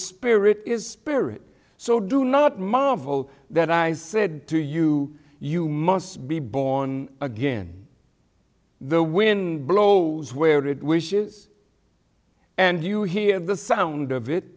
spirit is spirit so do not marvel that i said to you you must be born again the win blows where it wishes and you hear the sound of it